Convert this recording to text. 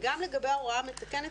גם לגבי ההוראה המתקנת,